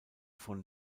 von